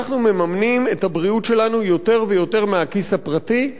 אנחנו מממנים את הבריאות שלנו יותר ויותר מהכיס הפרטי,